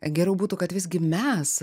geriau būtų kad visgi mes